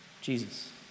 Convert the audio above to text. Jesus